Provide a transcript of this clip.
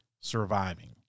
surviving